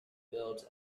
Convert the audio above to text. builds